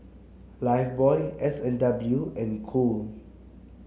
Lifebuoy S and W and Cool